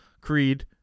Creed